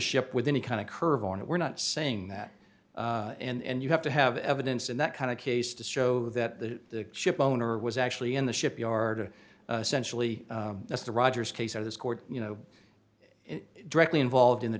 ship with any kind of curve on it we're not saying that and you have to have evidence in that kind of case to show that the ship owner was actually in the shipyard sensually that's the rogers case or this court you know directly involved in the